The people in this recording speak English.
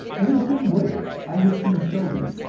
in the same way i have seen children,